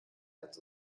als